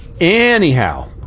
Anyhow